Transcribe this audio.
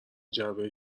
جعبه